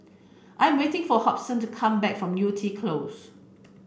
I am waiting for Hobson to come back from Yew Tee Close